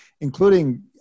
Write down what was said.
including